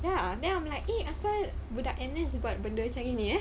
ya then I'm like eh asal budak and then sebab benda macam gini eh